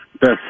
best